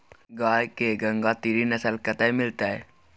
गाय के गंगातीरी नस्ल कतय मिलतै?